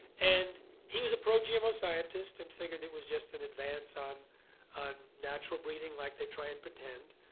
and he was a pro-gmo scientist and figured it was just an advance on on natural breeding like they try and pretend.